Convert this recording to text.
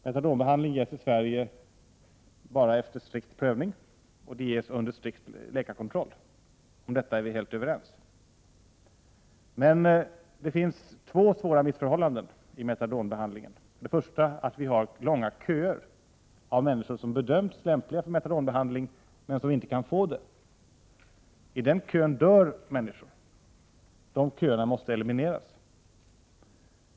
Metadonbehandling gesi Sverige bara efter strikt prövning och ges under strikt läkarkontroll. Om detta är vi helt överens. Det finns emellertid två svåra missförhållanden när det gäller metadonbehandling. Det första är att köerna med människor som bedöms lämpliga för metadonbehandling men som inte kan få den är lång. I den kön dör människor. Dessa köer måste elimineras.